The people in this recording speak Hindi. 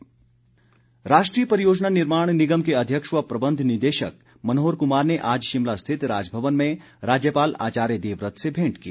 राज्यपाल राष्ट्रीय परियोजना निर्माण निगम के अध्यक्ष व प्रबंध निदेशक मनोहर कुमार ने आज शिमला स्थित राजभवन में राज्यपाल आचार्य देवव्रत से भेंट की